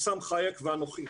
חוסאם חאיק ואנוכי.